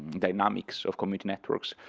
dynamics of community networks,